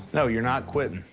no, you're not quitting.